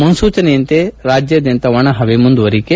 ಮುನ್ನೂಚನೆಯಂತೆ ರಾಜ್ಯಾದ್ಯಂತ ಒಣ ಹವೆ ಮುಂದುವರಿಕೆ